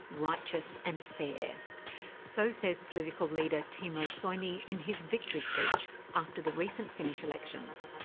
righteous and fair so says political leader timo soini in his victory speech after the recent finnish elections.